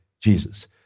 Jesus